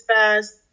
fast